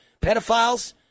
pedophiles